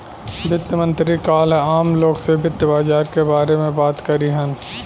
वित्त मंत्री काल्ह आम लोग से वित्त बाजार के बारे में बात करिहन